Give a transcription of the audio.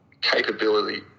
capability